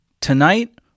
tonight